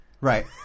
Right